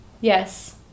Yes